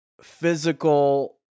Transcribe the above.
physical